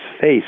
face